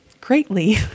greatly